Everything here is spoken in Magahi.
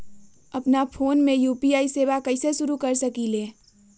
अपना फ़ोन मे यू.पी.आई सेवा कईसे शुरू कर सकीले?